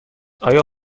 آیا